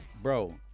Bro